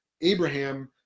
abraham